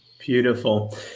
Beautiful